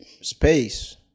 space